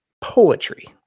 poetry